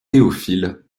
théophile